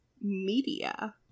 media